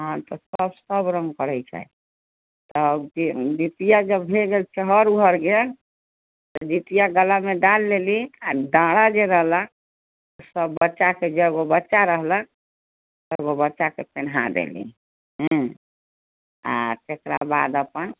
हँ तऽ सभ सभ रङ्ग करैत छै जब जीतिया जब भऽ गेल चढ़ि उढ़ि गेल तऽ जीतिया गलामे डालि लेली आ डारा जे रहलक सभबच्चाके जब ओ बच्चा रहलक तऽ ओ बच्चाके पिनहा देली आ तकरा बाद अपन